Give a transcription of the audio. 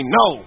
no